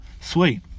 Sweet